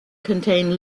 contained